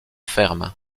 ferme